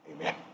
Amen